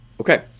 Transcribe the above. Okay